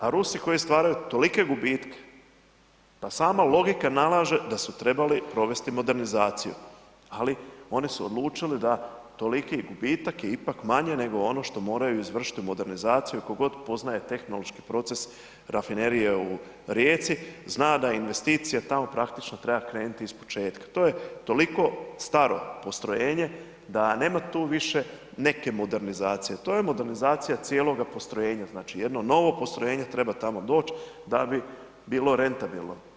A Rusi koji stvaraju tolike gubitke, pa sam logika nalaže da su trebali provesti modernizaciju ali oni su odlučili da toliki gubitak je ipak manje nego ono što moraju izvršiti u modernizaciju i tko god poznaje tehnološki proces rafinerije u Rijeci, zna da investicija tamo praktično treba krenuti ispočetka, to je toliko staro postrojenje da nema tu više neke modernizacije, to je modernizacija cijeloga postrojenja, znači jedno novo postrojenje treba tamo doć da bi bilo rentabilno.